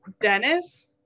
Dennis